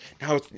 now